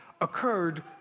occurred